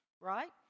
right